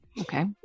Okay